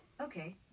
Okay